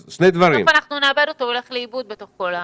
בסוף הוא ילך לאיבוד בתוך כל הדברים.